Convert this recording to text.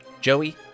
Joey